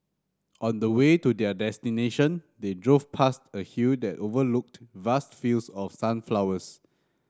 on the way to their destination they drove past a hill that overlooked vast fields of sunflowers